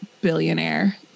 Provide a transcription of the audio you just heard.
billionaire